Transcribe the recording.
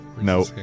No